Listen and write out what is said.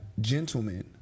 gentlemen